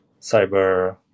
cyber